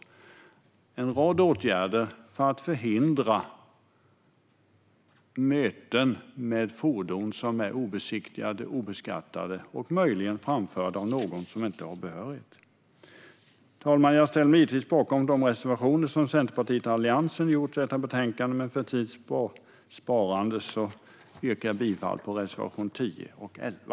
Det handlar om en rad åtgärder så att man inte ska möta obesiktade eller obeskattade fordon, möjligen framförda av någon som inte är behörig. Fru talman! Jag ställer mig givetvis bakom de reservationer som Centerpartiet och Alliansen har fogat till betänkandet, men för tids sparande yrkar jag bifall endast till reservationerna 10 och 11.